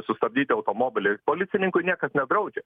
sustabdytą automobilį policininkų niekad nebaudžia